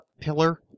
Pillar